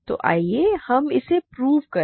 तो आइए हम इसे प्रूव करें